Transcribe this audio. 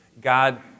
God